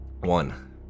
One